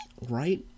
Right